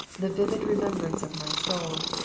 the vivid remembrance of my soul